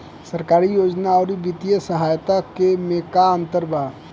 सरकारी योजना आउर वित्तीय सहायता के में का अंतर बा?